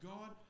God